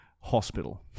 Hospital